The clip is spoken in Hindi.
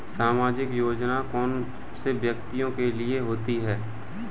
सामाजिक योजना कौन से व्यक्तियों के लिए होती है?